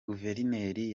guverineri